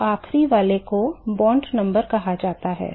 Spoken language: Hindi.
तो आखिरी वाले को बॉन्ड नंबर कहा जाता है